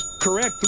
Correct